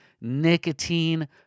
nicotine